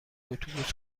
اتوبوس